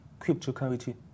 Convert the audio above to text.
cryptocurrency